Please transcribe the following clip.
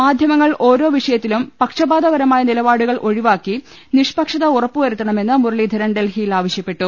മാധ്യമങ്ങൾ ഓരോ വിഷയത്തിലും പക്ഷപാതപരമായ നിലപാടു കൾ ഒഴിവാക്കി നിഷ്പക്ഷത ഉറപ്പുവരുത്തണമെന്ന് മുരളീധരൻ ഡൽഹിയിൽ ആവശ്യപ്പെട്ടു